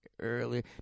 Earlier